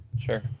Sure